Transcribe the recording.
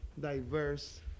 diverse